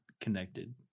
connected